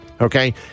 Okay